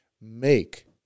make